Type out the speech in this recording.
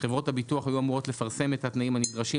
חברות הביטוח היו אמורות לפרסם את התנאים הנדרשים